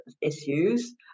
issues